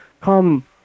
come